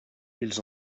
ils